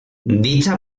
dicha